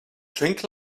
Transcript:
drink